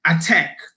attack